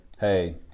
Hey